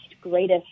greatest